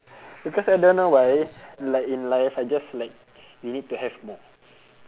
because I don't know why like in life I just like you need to have more